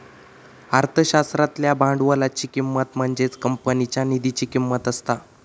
अर्थशास्त्रातल्या भांडवलाची किंमत म्हणजेच कंपनीच्या निधीची किंमत असता